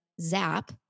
zap